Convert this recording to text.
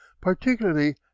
particularly